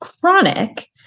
chronic